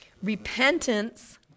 repentance